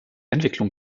entwicklung